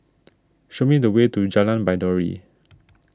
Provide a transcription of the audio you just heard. show me the way to Jalan Baiduri